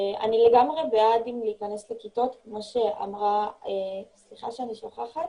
אני לגמרי בעד להכנס לכיתות כמו שאמרה איילת רזין,